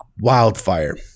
wildfire